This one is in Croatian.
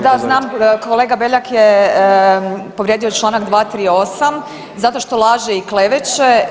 Da znam kolega Beljak je povrijedio članak 238. zato što laže i kleveće.